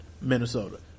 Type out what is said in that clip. Minnesota